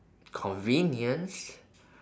convenience